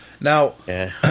Now